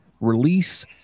release